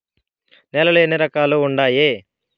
నేలలు ఎన్ని రకాలు వుండాయి?